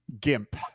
GIMP